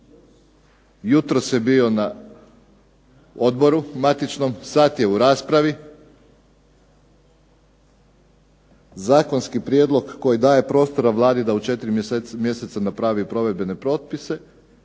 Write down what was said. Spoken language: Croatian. jutros je bio na odboru matičnom, sada je u raspravi, zakonski prijedlog koji daje prostora Vladi da u 4 mjeseca napravi provedbene propise